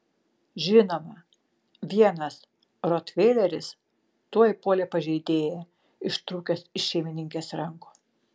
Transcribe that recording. žinoma vienas rotveileris tuoj puolė pažeidėją ištrūkęs iš šeimininkės rankų